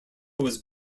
was